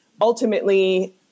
ultimately